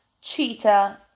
Cheetah